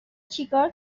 چیکار